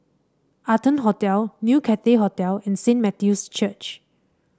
Arton Hotel New Cathay Hotel and Saint Matthew's Church